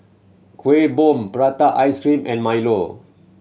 Kueh Bom prata ice cream and milo